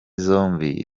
zombi